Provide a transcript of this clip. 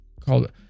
called